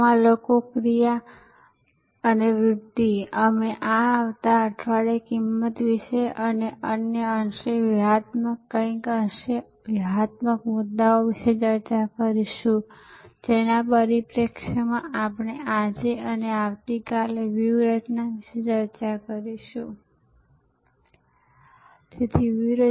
જો કે પાર્કિંગના સંદર્ભમાં અન્ય વિવિધ બિન નાણાકીય ખર્ચના અને જમીન જાગીર ખર્ચ અને અન્ય માળખાકીય સેવા ખર્ચના સંદર્ભમાં કે મેટ્રો સ્થાનની બહાર એકંદર અર્થતંત્ર પ્રદાન કરી શકે છે જે સેવા પ્રદાતા અને છેવટે બંને સેવા ઉપભોક્તા માટે ફાયદાકારક રહેશે